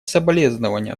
соболезнования